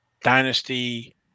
dynasty